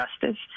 justice